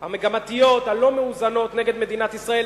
המגמתיות, הלא-מאוזנות נגד מדינת ישראל.